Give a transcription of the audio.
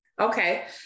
Okay